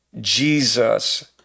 Jesus